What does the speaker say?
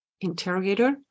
interrogator